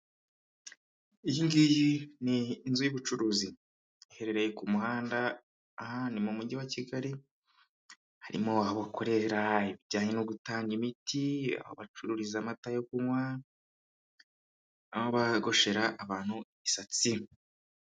Iyi ngiyi ni inzu y'ubucuruzi, iherereye ku muhanda, aha ni mu mujyi wa Kigali, harimo aho bakorera ibijyanye no gutanga imiti, aho bacururiza amata yo kunywa, aho bagoshera abantu imisatsi.